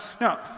now